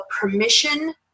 permission